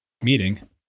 meeting